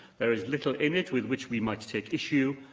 there is little in it with which we might take issue,